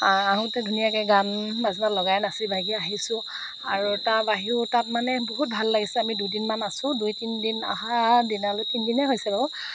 আহোঁতে ধুনীয়াকৈ গান বাজনা লগাই নাচি বাগি আহিছোঁ আৰু তাৰ বাহিৰেও তাত মানে বহুত ভাল লাগিছে আমি দুদিনমান আছোঁ দুই তিনিদিন অহা দিনালৈ তিনিদিনেই হৈছে বাৰু